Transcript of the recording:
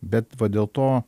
bet va dėl to